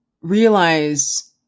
realize